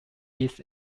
his